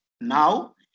now